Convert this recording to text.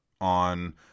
on